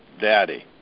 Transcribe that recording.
Daddy